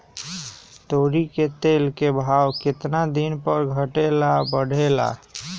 तोरी के तेल के भाव केतना दिन पर घटे ला बढ़े ला?